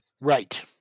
right